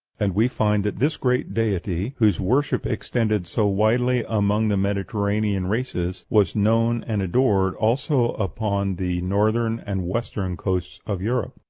and we find that this great deity, whose worship extended so widely among the mediterranean races, was known and adored also upon the northern and western coasts of europe.